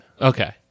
okay